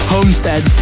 Homestead